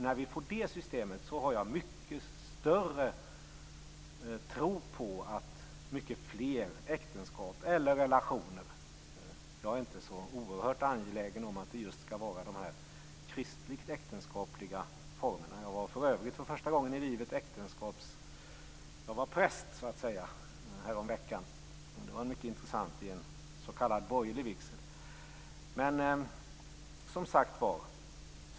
När vi får ett sådant system kommer jag att ha en mycket starkare tro på långt fler äktenskap/relationer. Jag är dock inte så angelägen om att det skall vara just de kristligt äktenskapliga formerna. För övrigt agerade jag häromdagen för första gången i mitt liv präst. Det var mycket intressant. Det var en så kallad borgerlig vigsel.